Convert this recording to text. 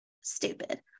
stupid